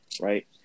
right